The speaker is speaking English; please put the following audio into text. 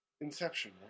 Inception